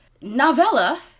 novella